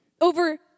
Over